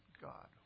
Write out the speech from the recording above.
God